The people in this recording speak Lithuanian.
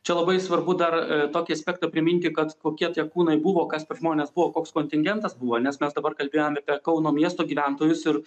čia labai svarbu dar tokį aspektą priminti kad kokie tie kūnai buvo kas per žmonės buvo koks kontingentas buvo nes mes dabar kalbėjom apie kauno miesto gyventojus ir